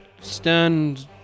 stand